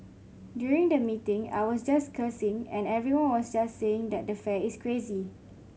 during the meeting I was just cursing and everyone was just saying that the fare is crazy